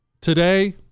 Today